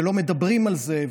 שלא מדברים על זה,